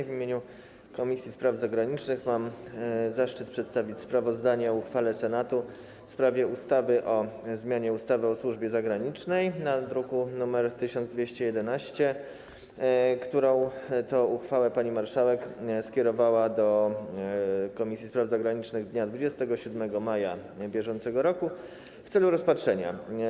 W imieniu Komisji Spraw Zagranicznych mam zaszczyt przedstawić sprawozdanie o uchwale Senatu w sprawie ustawy o zmianie ustawy o służbie zagranicznej z druku nr 1211, którą to uchwałę pani marszałek skierowała do Komisji Spraw Zagranicznych dnia 27 maja br. w celu rozpatrzenia.